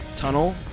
tunnel